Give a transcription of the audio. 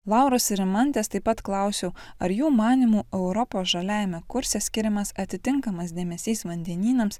lauros ir rimantės taip pat klausiau ar jų manymu europos žaliajame kurse skiriamas atitinkamas dėmesys vandenynams